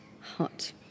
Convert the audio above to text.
hot